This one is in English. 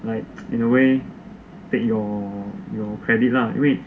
like in a way take your credit lah because